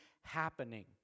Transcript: happening